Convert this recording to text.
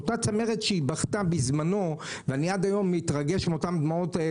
אותה צמרת שבכתה בזמנו ואני עד היום מתרגש מאותן דמעות,